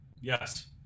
Yes